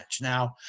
now